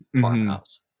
farmhouse